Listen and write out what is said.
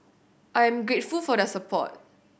I am grateful for their support